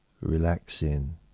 Relaxing